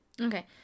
Okay